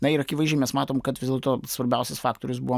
na ir akivaizdžiai mes matom kad vis dėlto svarbiausias faktorius buvo